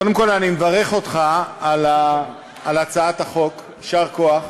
קודם כול אני מברך אותך על הצעת החוק, יישר כוח.